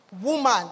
woman